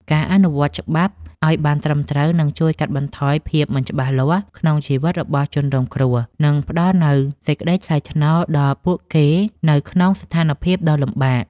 ការអនុវត្តច្បាប់ឱ្យបានត្រឹមត្រូវនឹងជួយកាត់បន្ថយភាពមិនច្បាស់លាស់ក្នុងជីវិតរបស់ជនរងគ្រោះ និងផ្តល់នូវសេចក្តីថ្លៃថ្នូរដល់ពួកគេនៅក្នុងស្ថានភាពដ៏លំបាក។